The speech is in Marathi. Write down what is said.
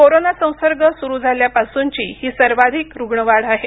कोरोना संसर्ग सुरू झाल्यापासूनची ही सर्वाधिक रुग्णवाढ आहे